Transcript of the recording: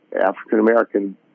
African-American